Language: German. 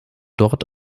dort